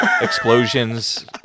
explosions